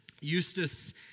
Eustace